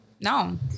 No